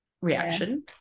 reaction